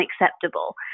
unacceptable